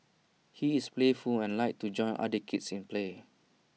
he is playful and likes to join other kids in play